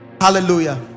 Hallelujah